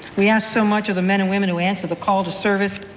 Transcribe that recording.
we ask so much of the men and women who answer the call to service.